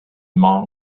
monk